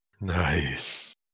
Nice